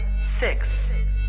six